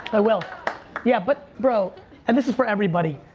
i will yeah but bro and this is for everybody,